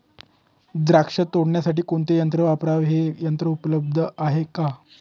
द्राक्ष तोडण्यासाठी कोणते यंत्र वापरावे? हे यंत्र उपलब्ध आहे का?